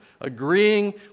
Agreeing